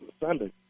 Sunday